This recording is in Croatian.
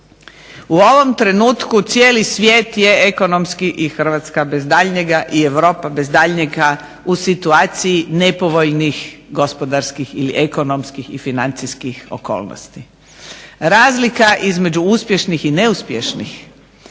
U ovom trenutku cijeli svijet je i Europa bez daljnjega i Hrvatska bez daljnjega u situaciji nepovoljnih gospodarskih ili ekonomskih ili financijskih okolnosti. Razlika između uspješnih i neuspješnih